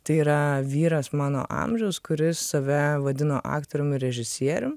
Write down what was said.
tai yra vyras mano amžiaus kuris save vadino aktorium ir režisierium